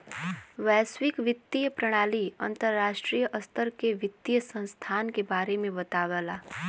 वैश्विक वित्तीय प्रणाली अंतर्राष्ट्रीय स्तर के वित्तीय संस्थान के बारे में बतावला